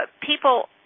people